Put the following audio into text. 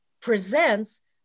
presents